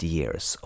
years